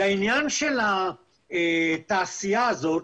לעניין של התעשייה הזאת,